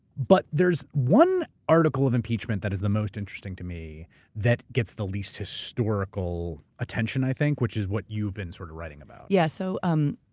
but there's one article of impeachment that is the most interesting to me that gets the least historical attention i think, which is what you've been sort of writing about. yeah so um